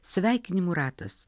sveikinimų ratas